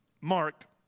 Mark